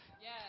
Yes